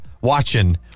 watching